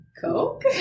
Coke